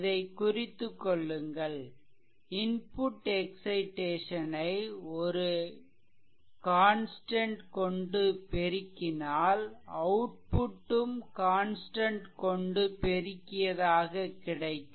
இதைக் குறித்துக்கொள்ளுங்கள் input excitation ஐ ஒரு கான்ஸ்டன்ட் கொண்டு பெருக்கினால் அவுட்புட் ம் கான்ஸ்டன்ட் கொண்டு பெருக்கியதாக கிடைக்கும்